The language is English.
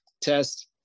test